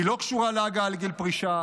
היא לא קשורה להגעה לגיל פרישה,